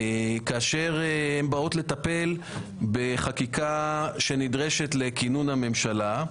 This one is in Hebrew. כאשר הן באות לטפל בחקיקה שנדרשת לכינון הממשלה.